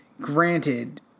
granted